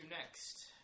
next